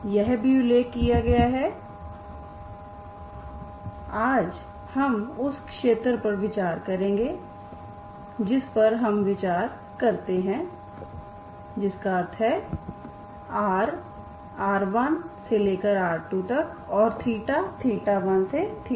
यह भी उल्लेख किया गया है आज हम उस क्षेत्र पर विचार करेंगे जिस पर हम विचार करते हैं जिसका अर्थ है r1rr2 और 1θ2